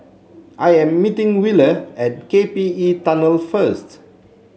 I am meeting Willa at K P E Tunnel first